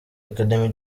academy